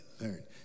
learn